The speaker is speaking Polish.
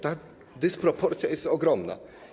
Ta dysproporcja jest ogromna.